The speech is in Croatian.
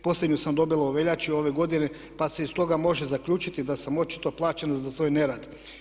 Posljednju sam dobila u veljači ove godine pa se iz toga može zaključiti da sam očito plaćena za svoj nerad.